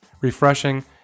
refreshing